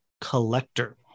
Collector